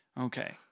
Okay